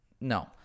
no